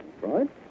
Right